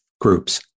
groups